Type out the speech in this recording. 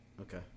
Okay